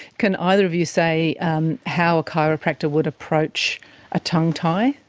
can either of you say um how a chiropractor would approach a tongue tie?